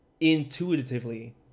intuitively